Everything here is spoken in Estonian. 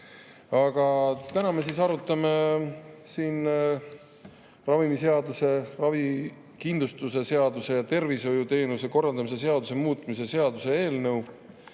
Aga täna me arutame siin ravimiseaduse, ravikindlustuse seaduse ja tervishoiuteenuste korraldamise seaduse muutmise seaduse eelnõu,